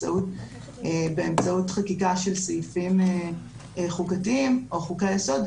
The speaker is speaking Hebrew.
באמצעות חקיקה של סעיפים חוקתיים או חוקי-יסוד,